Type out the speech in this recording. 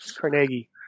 Carnegie